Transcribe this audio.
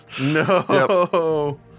No